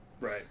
Right